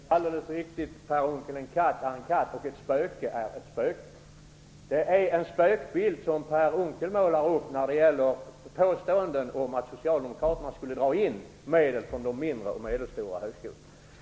Herr talman! Det är alldeles riktigt, Per Unckel, att en katt är en katt, och ett spöke är ett spöke. Det är en spökbild som Per Unckel målar upp när han påstår att socialdemokraterna skulle dra in medel från de mindre och medelstora högskolorna.